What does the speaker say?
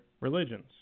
religions